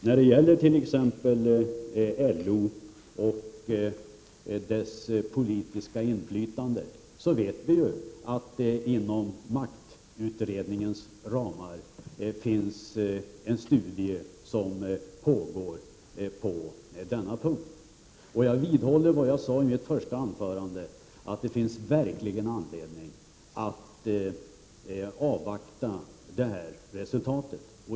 När det gäller t.ex. LO och dess politiska inflytande pågår ju en studie inom maktutredningens ram. Jag vidhåller vad jag sade i mitt första anförande, att det verkligen finns anledning att avvakta utredningens resultat.